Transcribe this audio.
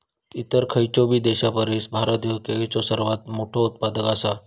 इतर खयचोबी देशापरिस भारत ह्यो केळीचो सर्वात मोठा उत्पादक आसा